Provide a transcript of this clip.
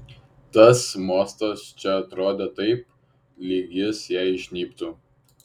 tas mostas čia atrodė taip lyg jis jai žnybtų